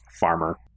farmer